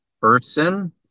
person